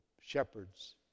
shepherds